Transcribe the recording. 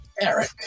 Eric